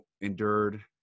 endured